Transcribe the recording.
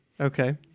Okay